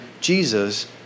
Jesus